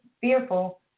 Fearful